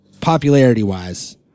popularity-wise